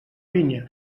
vinya